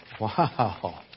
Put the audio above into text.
Wow